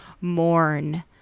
mourn